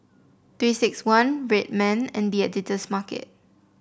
Three six one Red Man and The Editor's Market